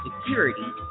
security